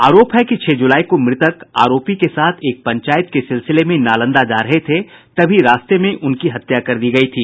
आरोप है कि छह जुलाई को मृतक आरोपी के साथ एक पंचायत के सिलसिले में नालंदा जा रही थे तभी रास्ते में उनकी हत्या कर दी गयी थी